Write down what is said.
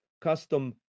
custom